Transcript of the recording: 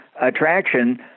attraction